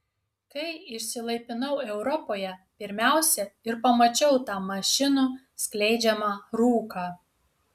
kai išsilaipinau europoje pirmiausia ir pamačiau tą mašinų skleidžiamą rūką